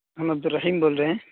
عبد الرحیم بول رہے ہیں